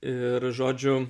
ir žodžiu